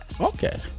okay